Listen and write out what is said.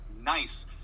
nice